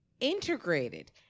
integrated